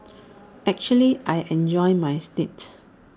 actually I enjoyed my stint